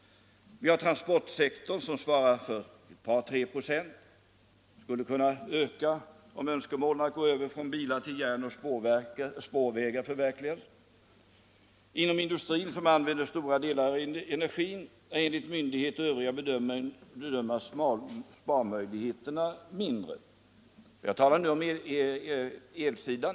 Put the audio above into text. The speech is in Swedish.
Vi har transportsektorn som svarar för 2 å 3 96. Den förbrukningen skulle kunna öka om önskemålen att gå över från bilar till järnoch spårvägar förverkligas. Inom industrin, som använder stora delar av energin, är enligt de allra flesta bedömare sparmöjligheterna mindre. Jag talar nu om elsidan.